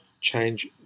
Change